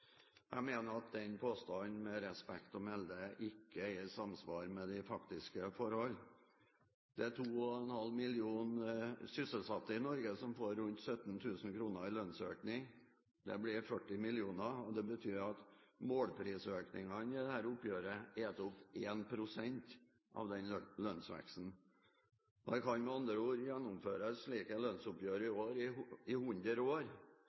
Jeg mener at den påstanden med respekt å melde ikke er i samsvar med de faktiske forhold. Det er 2,5 millioner sysselsatte i Norge som får rundt 17 000 kr i lønnsøkning. Det blir 40 mrd. kr. Det betyr at målprisøkningene i dette oppgjøret spiser opp 1 pst. av lønnsveksten. Man kan med andre ord gjennomføre slike lønnsoppgjør i 100 år